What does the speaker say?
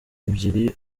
ebyiri